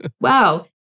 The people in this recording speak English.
wow